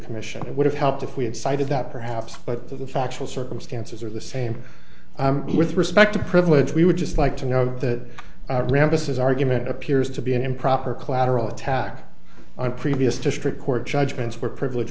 commission it would have helped if we had cited that perhaps but the factual circumstances are the same with respect to privilege we would just like to note that this is argument appears to be an improper collateral attack on previous district court judgments were privilege